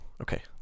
okay